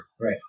Right